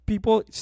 People